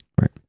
right